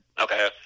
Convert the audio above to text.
Okay